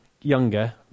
younger